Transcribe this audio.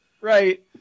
Right